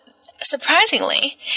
surprisingly